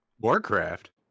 Warcraft